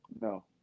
No